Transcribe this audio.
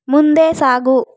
ಮುಂದೆ ಸಾಗು